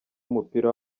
w’umupira